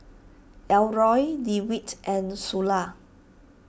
Elroy Dewitt and Sula